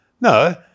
No